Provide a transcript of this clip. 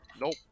Nope